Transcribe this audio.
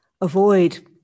avoid